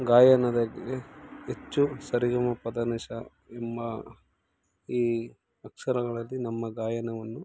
ಗಾಯನದಲ್ಲಿ ಹೆಚ್ಚು ಸರಿಗಮಪದನಿಸ ಎಂಬ ಈ ಅಕ್ಷರಗಳಲ್ಲಿ ನಮ್ಮ ಗಾಯನವನ್ನು